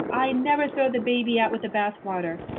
i never throw the baby out with the bathwater.